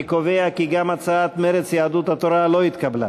אני קובע כי גם הצעת מרצ, יהדות התורה לא התקבלה.